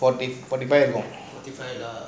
forty five forty five